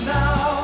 now